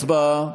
הצבעה.